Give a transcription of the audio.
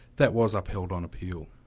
that was upheld on appeal.